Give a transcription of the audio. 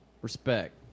Respect